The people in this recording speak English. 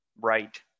right